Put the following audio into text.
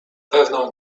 pewno